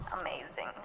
amazing